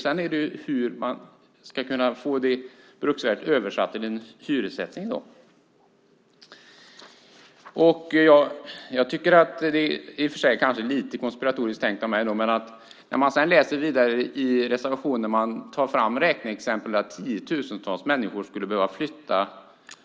Sedan är frågan hur man ska kunna få bruksvärdet översatt till en hyressättning. Det kanske i och för sig är lite konspiratoriskt tänkt av mig, men när man läser vidare i reservationen finner man ett räkneexempel som pekar på att tiotusentals människor skulle behöva flytta